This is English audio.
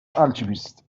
alchemist